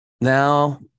Now